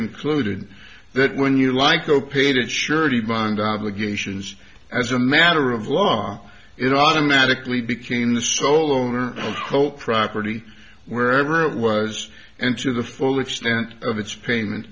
concluded that when you like o paid and surety bond obligations as a matter of law it automatically became the sole owner whole property wherever it was and to the full extent of its payment